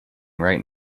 right